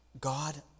God